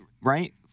right